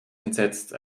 entsetzt